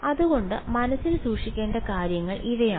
അതുകൊണ്ട് മനസ്സിൽ സൂക്ഷിക്കേണ്ട കാര്യങ്ങൾ ഇവയാണ്